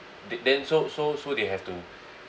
they then so so so they have to